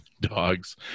Dogs